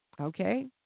Okay